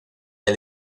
del